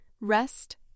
rest